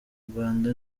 rwanda